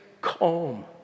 calm